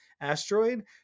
asteroid